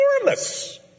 enormous